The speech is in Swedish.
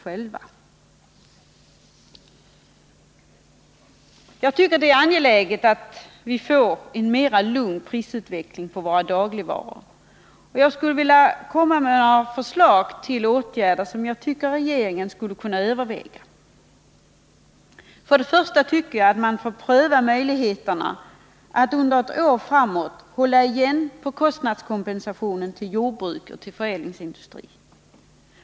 Jag tycker att det är angeläget att vi får en lugnare prisutveckling på våra dagligvaror, och jag skulle vilja föreslå några åtgärder som jag menar att regeringen kunde överväga. För det första: Jag tycker att man bör pröva möjligheterna att under ett år hålla igen när det gäller kostnadskompensationen till jordbruk och förädlingsindustri.